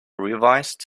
revised